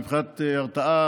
מבחינת הרתעה,